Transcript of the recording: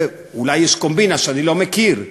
אולי יש קומבינה שאני לא מכיר.